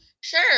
Sure